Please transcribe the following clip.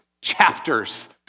chapters